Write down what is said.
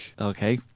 Okay